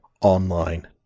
Online